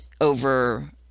over